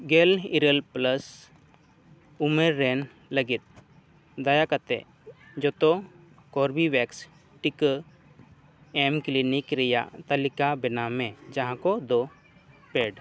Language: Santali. ᱜᱮᱞ ᱤᱨᱟᱹᱞ ᱯᱞᱟᱥ ᱩᱢᱮᱨ ᱨᱮᱱ ᱞᱟᱹᱜᱤᱫ ᱫᱟᱭᱟ ᱠᱟᱛᱮᱫ ᱡᱷᱚᱛᱚ ᱠᱚᱨᱵᱮᱵᱷᱮᱠᱥ ᱴᱤᱠᱟᱹ ᱮᱢ ᱠᱞᱤᱱᱤᱠ ᱨᱮᱱᱟᱜ ᱛᱟᱞᱤᱠᱟ ᱵᱮᱱᱟᱣᱢᱮ ᱡᱟᱦᱟᱸ ᱠᱚᱫᱚ ᱯᱮᱰ